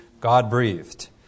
God-breathed